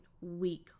weak